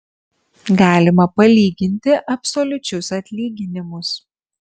galima palyginti absoliučius atlyginimus